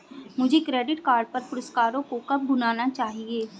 मुझे credit card पर पुरस्कारों को कब भुनाना चाहिए?